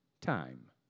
time